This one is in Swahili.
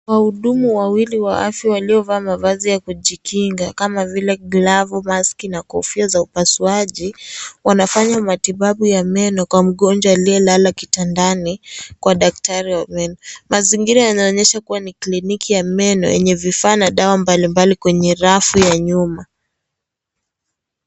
Wahudumu wawili wa afya waliovaa mavazi ya kujikinga kama vile glavu maski na kofia za upasuaji, wanafanya matibabu ya meno kwa mgonjwa aliyelala kitandani kwa daktari wa meno. Mazingira yanaonyesha kuwa ni kliniki ya meno yenye vifaa na dawa mbalimbali kwenye rafu ya nyuma.